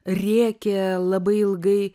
rėkė labai ilgai